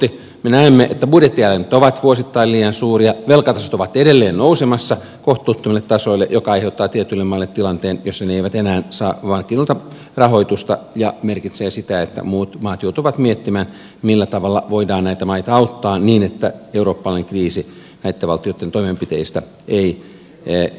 me näemme että budjettialijäämät ovat vuosittain liian suuria velkatasot ovat edelleen nousemassa kohtuuttomille tasoille mikä aiheuttaa tietyille maille tilanteen jossa ne eivät enää saa vain kinuta rahoitusta ja tämä merkitsee sitä että muut maat joutuvat miettimään millä tavalla voidaan näitä maita auttaa niin että eurooppalainen kriisi näitten valtioitten toimenpiteistä ei voimistu